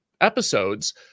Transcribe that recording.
episodes